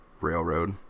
railroad